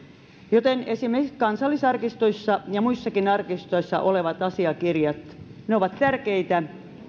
esimerkiksi kansallisarkistoissa ja muissakin arkistoissa olevat asiakirjat ovat tärkeitä